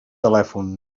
telèfon